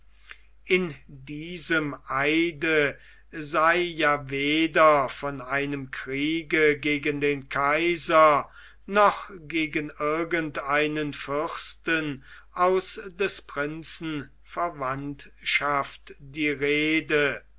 in diesem eide sei ja weder von einem kriege gegen den kaiser noch gegen irgend einen fürsten aus des prinzen verwandtschaft die rede